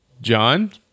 John